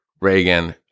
Reagan